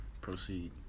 Proceed